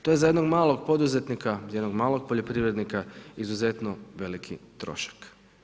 To je za jednog malog poduzetnika, jednog malog poljoprivrednika izuzetno veliki trošak.